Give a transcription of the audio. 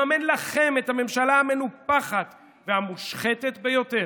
לממן לכם את הממשלה המנופחת והמושחתת ביותר.